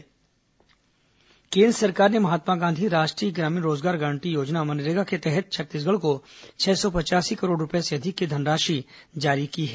corona MNREGA भुगतान केन्द्र सरकार ने महात्मा गांधी राष्ट्रीय ग्रामीण रोजगार गारंटी योजना मनरेगा के तहत छत्तीसगढ़ को छह सौ पचयासी करोड़ रूपये से अधिक की राशि जारी कर दी है